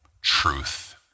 truth